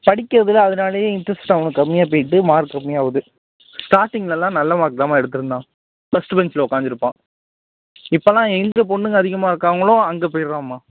படிக்கிறதுக்கும் அதனாலேயே இன்ட்ரஸ்ட் அவனுக்கு கம்மியாக போய்ட்டு மார்க் கம்மியாக ஆகுது ஸ்டாட்டிங்லலாம் நல்ல மார்க் தான்மா எடுத்திருந்தான் ஃபஸ்ட் பென்ச்சில் உக்காந்திருப்பான் இப்போலாம் எங்கே பொண்ணுங்கள் அதிகமாக இருக்காங்களோ அங்கே போய்டுறான்ம்மா